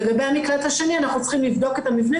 לגבי המקלט השני אנחנו צריכים לבדוק את המבנה